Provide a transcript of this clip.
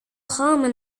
χώμα